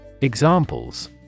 Examples